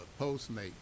Postmate